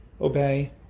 obey